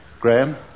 Graham